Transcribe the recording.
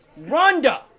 Rhonda